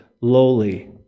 lowly